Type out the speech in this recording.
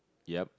yup